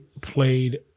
played